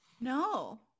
no